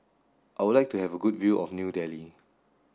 I would like to have a good view of New Delhi